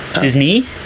Disney